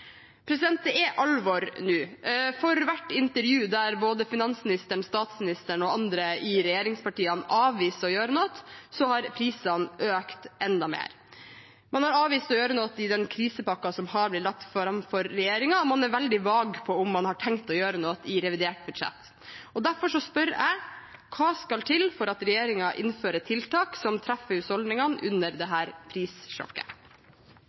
Det er alvor nå. For hvert intervju der både finansministeren, statsministeren og andre i regjeringspartiene avviser å gjøre noe, har prisene økt enda mer. Man har avvist å gjøre noe i den krisepakken som har blitt lagt fram for regjeringen, og man er veldig vag på om man har tenkt å gjøre noe i revidert budsjett. Derfor spør jeg: Hva skal til for at regjeringen innfører tiltak som treffer husholdningene under dette prissjokket?